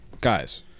guys